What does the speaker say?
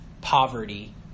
poverty